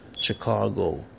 Chicago